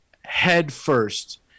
headfirst